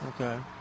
Okay